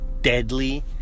deadly